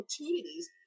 opportunities